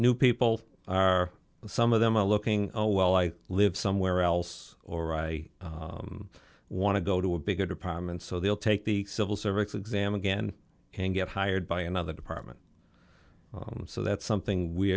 new people are some of them a looking oh well i live somewhere else or i want to go to a bigger department so they'll take the civil service exam again and get hired by another department so that's something we